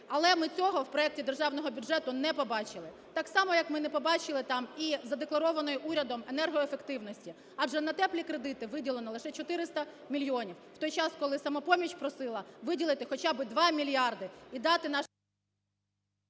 Але ми цього в проекті Державного бюджету не побачили. Так само як ми не побачили там і задекларованої урядом енергоефективності, адже на "теплі кредити" виділено лише 400 мільйонів в той час, коли "Самопоміч" просила виділити хоча би 2 мільярди і дати…